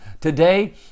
Today